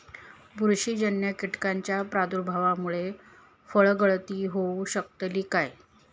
बुरशीजन्य कीटकाच्या प्रादुर्भावामूळे फळगळती होऊ शकतली काय?